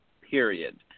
period